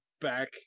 back